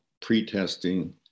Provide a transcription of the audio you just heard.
pre-testing